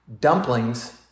Dumplings